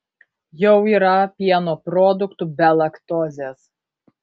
jau yra pieno produktų be laktozes